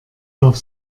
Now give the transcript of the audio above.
darf